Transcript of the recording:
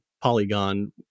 Polygon